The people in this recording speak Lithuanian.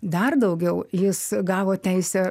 dar daugiau jis gavo teisę